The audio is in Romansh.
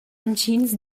entgins